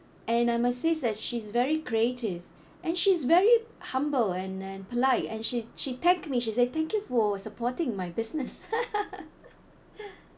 and I must says that she's very creative and she's very humble and and polite and she she tapped me she say thank for supporting my business